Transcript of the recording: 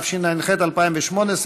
התשע"ח 2018,